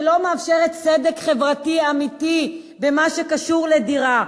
שלא מאפשרת צדק חברתי אמיתי במה שקשור לדירה.